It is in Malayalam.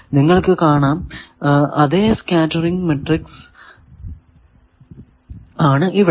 നിങ്ങൾക്കു കാണാം അതെ സ്കേറ്ററിങ് മാട്രിക്സ് ആണ് ഇവിടെ